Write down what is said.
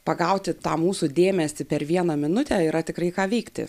pagauti tą mūsų dėmesį per vieną minutę yra tikrai ką veikti